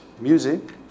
music